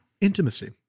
Intimacy